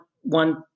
one